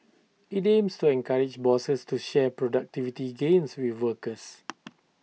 IT aims to encourage bosses to share productivity gains with workers